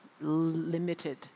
limited